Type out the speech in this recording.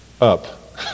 up